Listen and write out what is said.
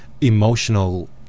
emotional